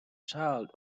child